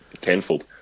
tenfold